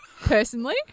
Personally